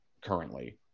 currently